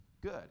Good